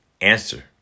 answer